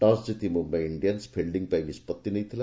toss କିତି Mumbai Indians fielding ପାଇଁ ନିଷ୍ପତି ନେଇଥିଲା